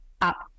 up